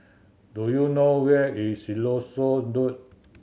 do you know where is Siloso Road